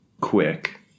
quick